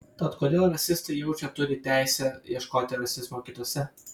tad kodėl rasistai jaučia turį teisę ieškoti rasizmo kituose